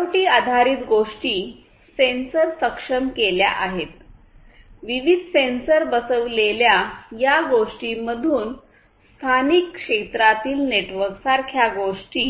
IoT आधारित गोष्टी sensor सक्षम केल्या आहेत विविध सेन्सर बसविलेल्या या गोष्टींमधून स्थानिक क्षेत्रातील नेटवर्कसारख्या गोष्टी